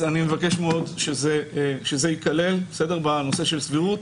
אני מבקש מאוד שזה ייכלל בנושא של סבירות.